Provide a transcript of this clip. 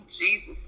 Jesus